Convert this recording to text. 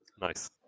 nice